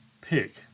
pick